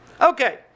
Okay